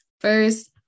First